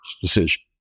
decision